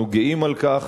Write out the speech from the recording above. אנחנו גאים על כך.